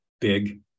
big